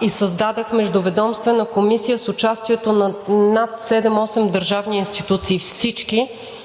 и създадох Междуведомствена комисия с участието на над седем-осем държавни институции,